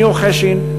שניאור חשין.